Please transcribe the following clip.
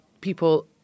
people